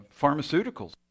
pharmaceuticals